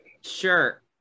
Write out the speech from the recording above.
Sure